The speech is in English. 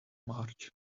march